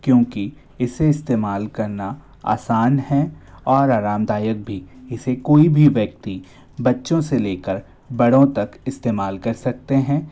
क्योंकि इसे इस्तेमाल करना आसान है और आरामदायक भी इसे कोई भी व्यक्ति बच्चों से ले कर बड़ों तक इस्तेमाल कर सकते हैं